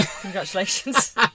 congratulations